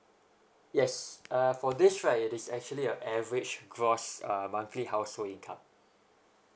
yes uh for this right it is actually a average gross uh monthly household income